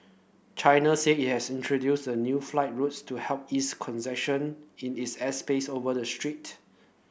China said it has introduced the new flight routes to help ease congestion in its airspace over the strait